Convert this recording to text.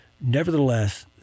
Nevertheless